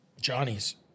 Johnny's